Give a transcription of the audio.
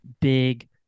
big